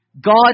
God